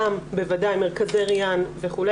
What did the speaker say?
גם בוודאי מרכזי ריאן וכו',